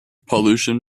pollution